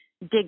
dig